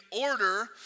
order